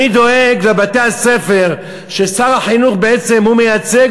אני דואג לבתי-הספר ששר החינוך בעצם מייצג,